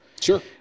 Sure